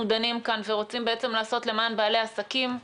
דנים כאן ורוצים לעשות למען בעלי עסקים,